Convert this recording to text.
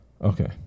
Okay